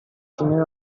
finire